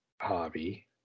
hobby